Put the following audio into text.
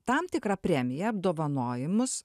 tam tikrą premiją apdovanojimus